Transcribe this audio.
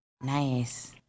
nice